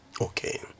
Okay